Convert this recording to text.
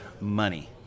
money